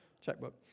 checkbook